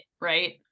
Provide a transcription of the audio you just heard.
right